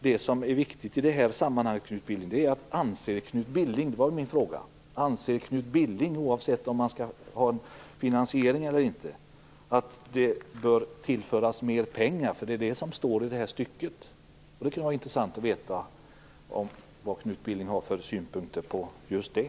Det viktiga i det här sammanhanget är om Knut Billing anser, oavsett om det skall finansieras eller inte, att det bör tillföras mer pengar. Det var min fråga. Det är nämligen det som står i det här stycket. Det kan vara intressant att veta vad Knut Billing har för synpunkter på just det.